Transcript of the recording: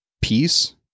peace